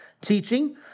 teaching